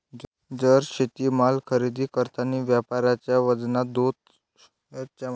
जर शेतीमाल खरेदी करतांनी व्यापाऱ्याच्या वजनात दोष असन त कुठ तक्रार करा लागन?